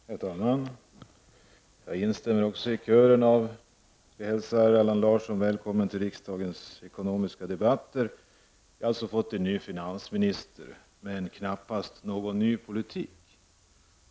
Herr talman! Jag instämmer i kören som hälsar Allan Larsson välkommen till riksdagens ekonomiska debatter. Vi har alltså fått en ny finansminister men knappast någon ny politik.